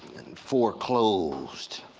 and foreclosed.